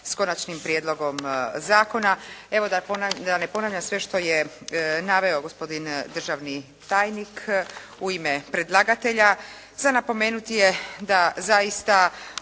s Konačnim prijedlogom zakona. Evo da ne ponavljam sve što je naveo gospodin državni tajnik u ime predlagatelja, za napomenuti je da zaista